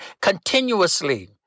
continuously